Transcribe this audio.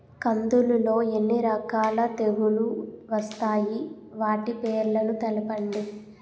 కందులు లో ఎన్ని రకాల తెగులు వస్తాయి? వాటి పేర్లను తెలపండి?